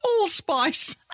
Allspice